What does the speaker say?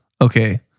okay